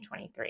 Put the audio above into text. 2023